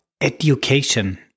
education